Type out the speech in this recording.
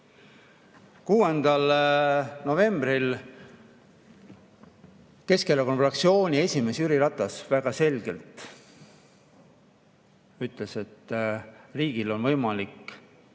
6. novembril Keskerakonna esimees Jüri Ratas väga selgelt ütles, et riigil on võimalik